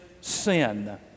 sin